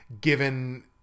given